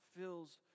fills